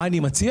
מה אתה מציע?